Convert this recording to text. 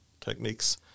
techniques